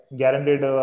guaranteed